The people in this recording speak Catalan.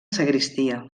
sagristia